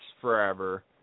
forever